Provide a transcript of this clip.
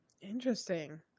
Interesting